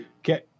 Okay